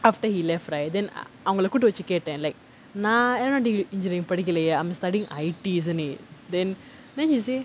after he left right then I அவங்கள கூட்டு வெச்சு கேட்டேன்:avangala kootu vechu kettaen like நான்:naan aeronautical engineering படிக்கலையே:padikkalayae I'm studying I_T isn't it then then he say